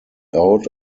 out